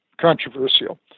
controversial